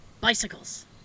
Bicycles